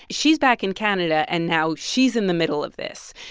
she's back in canada, and now she's in the middle of this.